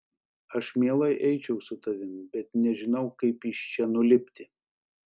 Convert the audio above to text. aš mielai eičiau su tavimi bet nežinau kaip iš čia nulipti